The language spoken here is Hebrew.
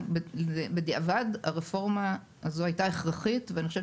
בדיעבד הרפורמה הזו הייתה הכרחית ואני חושבת